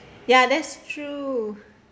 ya that's true